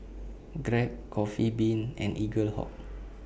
Grab Coffee Bean and Eaglehawk